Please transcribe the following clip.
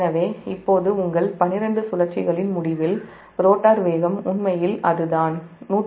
எனவே இப்போது உங்கள் 12 சுழற்சிகளின் முடிவில் ரோட்டார் வேகம் உண்மையில் அதுதான் 120fP𝜶∗Δ𝒕